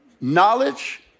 knowledge